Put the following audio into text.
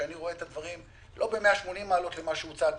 אני רואה את הדברים לא ב-180 מעלות למה שהוצג פה,